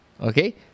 Okay